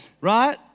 right